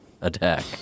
attack